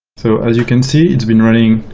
so as you can see, it's been running.